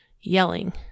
yelling